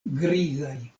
grizaj